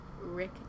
Rick